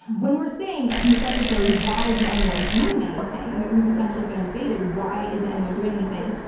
when we're saying on this episode why isn't anyone doing anything, we've we've essentially been invaded, why isn't anyone doing anything?